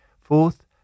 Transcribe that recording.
Fourth